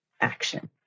action